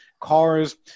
cars